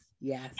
yes